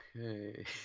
Okay